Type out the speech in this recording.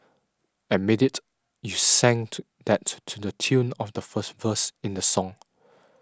admit it you sang to that to to the tune of the first verse in the song